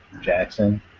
Jackson